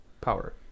power